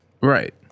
Right